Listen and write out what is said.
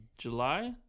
july